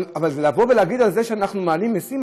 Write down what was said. אבל להגיד על זה שאנחנו מעלים מיסים,